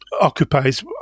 occupies